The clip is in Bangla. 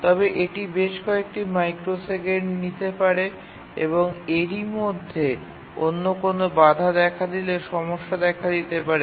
তবে এটি বেশ কয়েকটি মাইক্রোসেকেন্ড নিতে পারে এবং এরই মধ্যে অন্য কোনও বাধা দেখা দিলে সমস্যা দেখা দিতে পারে